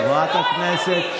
חברת הכנסת שטרית,